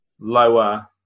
lower